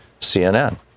CNN